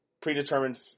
predetermined